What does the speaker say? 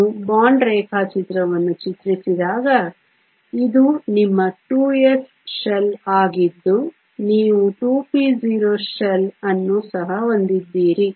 ನೀವು ಬಾಂಡ್ ರೇಖಾಚಿತ್ರವನ್ನು ಚಿತ್ರಿಸಿದಾಗ ಇದು ನಿಮ್ಮ 2s ಶೆಲ್ ಆಗಿದ್ದು ನೀವು 2p0 ಶೆಲ್ ಅನ್ನು ಸಹ ಹೊಂದಿದ್ದೀರಿ